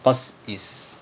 because is